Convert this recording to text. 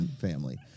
family